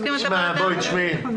לא.